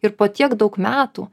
ir po tiek daug metų